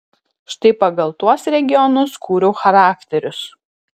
štai pagal tuos regionus kūriau charakterius